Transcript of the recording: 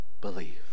believe